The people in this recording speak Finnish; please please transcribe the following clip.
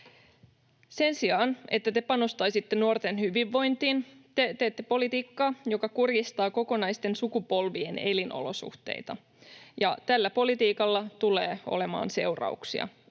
Sen sijaan, että te panostaisitte nuorten hyvinvointiin, te teette politiikkaa, joka kurjistaa kokonaisten sukupolvien elinolosuhteita, ja tällä politiikalla tulee olemaan seurauksia,